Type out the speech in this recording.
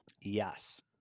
Yes